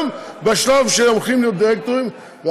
גם בשלב שהולכים להיות דירקטורים.